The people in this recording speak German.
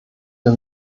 für